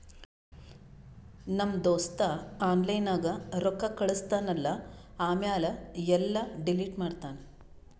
ನಮ್ ದೋಸ್ತ ಆನ್ಲೈನ್ ನಾಗ್ ರೊಕ್ಕಾ ಕಳುಸ್ತಾನ್ ಅಲ್ಲಾ ಆಮ್ಯಾಲ ಎಲ್ಲಾ ಡಿಲೀಟ್ ಮಾಡ್ತಾನ್